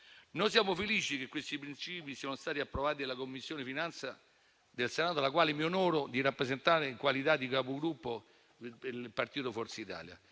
Noi siamo felici che questi princìpi siano stati approvati dalla Commissione finanze del Senato, la quale mi onoro di rappresentare in qualità di Capogruppo del partito di Forza Italia